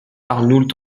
arnoult